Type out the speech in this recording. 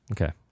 Okay